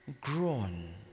grown